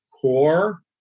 core